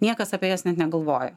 niekas apie jas net negalvojo